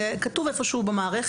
זה כתוב במקום כלשהו במערכת.